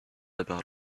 about